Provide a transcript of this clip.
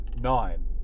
nine